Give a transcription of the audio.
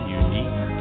unique